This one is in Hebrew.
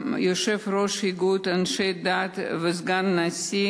יושב-ראש איגוד אנשי הדת וסגן הנשיא